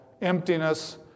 emptiness